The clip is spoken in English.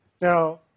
Now